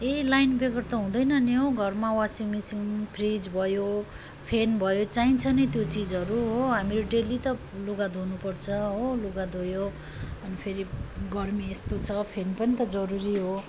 ए line बेगर त हुँदैन नि हो घरमा वासिङ मेसिन फ्रिज भयो फेन भयो चाहिन्छ नै त्यो चिजहरू हो हामीहरू डेली त लुगा धुनु पर्छ हो लुगा धोयो अनि फेरि गर्मी यस्तो छ फेन पनि त जरुरी हो